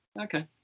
Okay